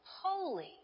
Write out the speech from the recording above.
holy